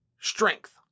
strength